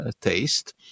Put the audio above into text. taste